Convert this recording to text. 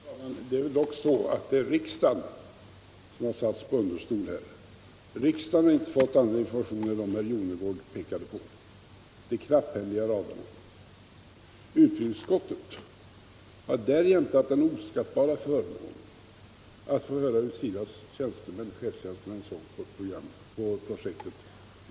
Herr talman! Det är dock så att riksdagen har satts på understol här. Riksdagen har inte fått andra informationer än dem som herr Jonnergård här pekade på, nämligen de knapphändiga raderna. Utrikesutskottet har därjämte haft den oskattbara förmånen att under någon timmes tid få höra hur SIDA:s chefstjänstemän såg på projektet.